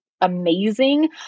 amazing